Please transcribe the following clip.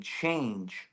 change